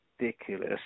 Ridiculous